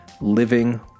living